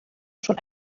schon